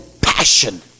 passion